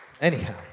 Anyhow